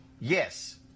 Yes